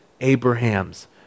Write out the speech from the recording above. Abraham's